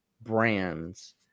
brands